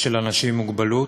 של אנשים עם מוגבלות,